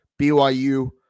BYU